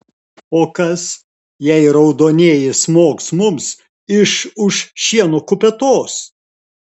o kas jei raudonieji smogs mums iš už šieno kupetos